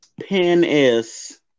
Penis